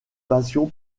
passion